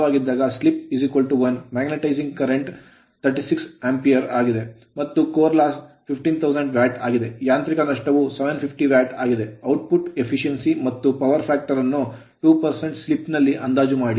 magnetising current current ಪ್ರವಾಹವು 36 Ampere ampere ಯಾಗಿದೆ ಮತ್ತು core loss ಕೋರ್ ನಷ್ಟವು 15000 ವ್ಯಾಟ್ ಆಗಿದೆ ಯಾಂತ್ರಿಕ ನಷ್ಟವು 750 ವ್ಯಾಟ್ ಆಗಿದೆ ಔಟ್ಪುಟ್ efficiency ದಕ್ಷತೆ ಮತ್ತು power factor ಪವರ್ ಫ್ಯಾಕ್ಟರ್ ಅನ್ನು 2 slip ಸ್ಲಿಪ್ ನಲ್ಲಿ ಅಂದಾಜು ಮಾಡಿ